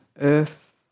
earth